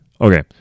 Okay